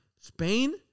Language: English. Spain